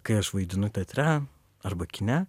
kai aš vaidinu teatre arba kine